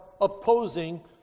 opposing